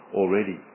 already